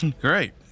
great